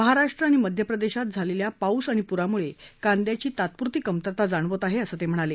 महाराष्ट्र आणि मध्यप्रदेशात झालेल्या पाऊस आणि प्राम्ळे कांद्याची तात्प्रती कमतरता आहे असं ते म्हणाले